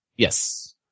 Yes